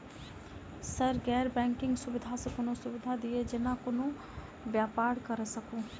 Sir गैर banking सुविधा सँ कोनों सुविधा दिए जेना कोनो व्यापार करऽ सकु?